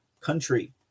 country